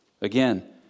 Again